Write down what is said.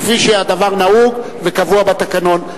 כפי שהדבר נהוג וקבוע בתקנון.